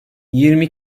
yirmi